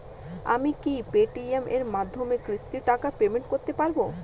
আমি কি Paytm এর মাধ্যমে কিস্তির টাকা পেমেন্ট করতে পারব?